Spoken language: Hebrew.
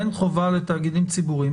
אין חובה לתאגידים ציבוריים.